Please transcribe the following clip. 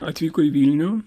atvyko į vilnių